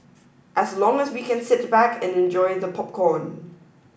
as long as we can sit back and enjoy the popcorn